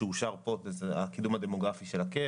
יש מדד שאושר פה של הקידום הדמוגרפי של ה-Cap.